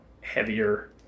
heavier